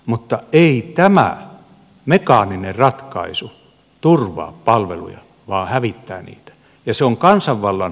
mutta ei tämä mekaaninen ratkaisu turvaa palveluja vaan hävittää niitä